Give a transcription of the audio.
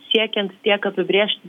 siekiant tiek apibrėžti